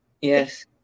Yes